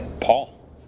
Paul